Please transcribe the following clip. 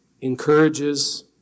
encourages